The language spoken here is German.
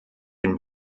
den